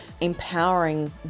empowering